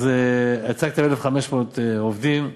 אז הצגתם 1,500 עובדים.